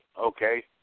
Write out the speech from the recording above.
okay